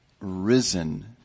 risen